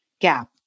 gap